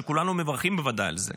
כולנו בוודאי מברכים על זה,